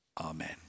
Amen